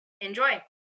Enjoy